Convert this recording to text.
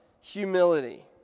Humility